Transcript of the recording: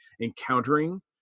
encountering